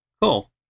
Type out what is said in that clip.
Cool